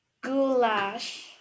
goulash